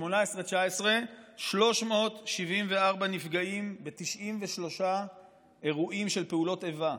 2019-2018: 374 נפגעים ב-93 אירועים של פעולות איבה.